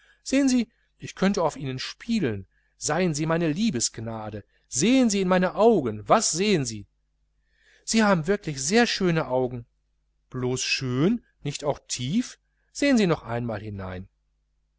sehen sie ich könnte auf ihnen spielen seien sie meine liebesgambe sehen sie in meine augen was sehen sie sie haben sehr schöne augen wirklich blos schön nicht auch tief sehen sie noch einmal hinein